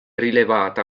rilevata